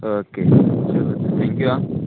okay चल thank you आं